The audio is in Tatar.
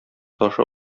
ташы